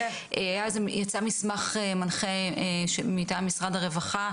יצא מסמך מנחה מטעם משרד הרווחה,